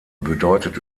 bedeutet